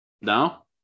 No